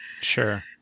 Sure